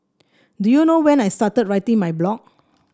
do you know when I started writing my blog